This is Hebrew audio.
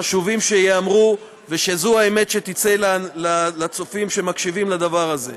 חשוב שייאמרו ושזו האמת שתצא לצופים שמקשיבים לדבר הזה.